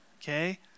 okay